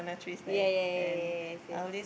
ya ya ya ya ya yes yes